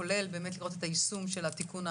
כולל באמת לראות את היישום של התיקון,